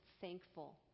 thankful